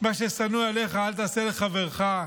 "מה ששנוא עליך אל תעשה לחברך",